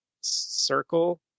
circle